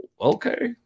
okay